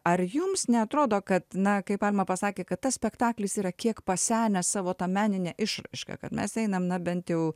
ar jums neatrodo kad na kaip alma pasakė kad tas spektaklis yra kiek pasenęs savo ta menine išraiška kad mes einam na bent jau